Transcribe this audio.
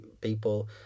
people